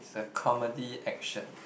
it's a comedy action